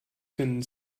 finden